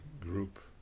group